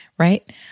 Right